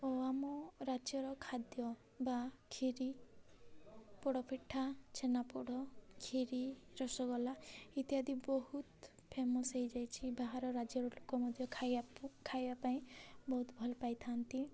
ଓ ଆମ ରାଜ୍ୟର ଖାଦ୍ୟ ବା କ୍ଷୀରି ପୋଡ଼ପିଠା ଛେନାପୋଡ଼ କ୍ଷୀରି ରସଗୋଲା ଇତ୍ୟାଦି ବହୁତ ଫେମସ୍ ହୋଇଯାଇଛି ବାହାର ରାଜ୍ୟର ଲୋକ ମଧ୍ୟ ଖାଇବା ଖାଇବା ପାଇଁ ବହୁତ ଭଲ ପାଇଥାନ୍ତି